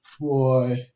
boy